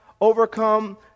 overcome